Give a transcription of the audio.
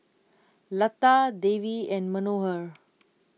Lata Devi and Manohar